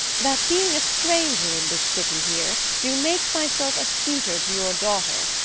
that, being a stranger in this city here, do make myself a suitor to your daughter,